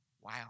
Wow